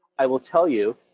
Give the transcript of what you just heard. i will tell you,